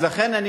לכן,